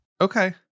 Okay